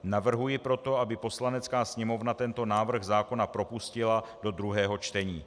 Navrhuji proto, aby Poslanecká sněmovna tento návrh zákona propustila do druhého čtení.